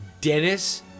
Dennis